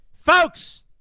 Folks